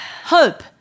Hope